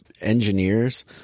engineers